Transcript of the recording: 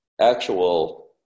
actual